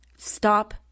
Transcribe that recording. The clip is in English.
stop